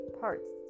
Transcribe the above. parts